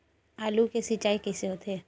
आलू के सिंचाई कइसे होथे?